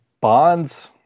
bonds